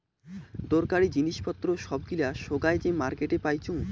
দরকারী জিনিস পত্র সব গিলা সোগায় যে মার্কেটে পাইচুঙ